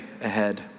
ahead